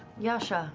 yasha.